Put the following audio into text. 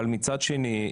אבל מצד שני,